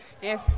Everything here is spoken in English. Yes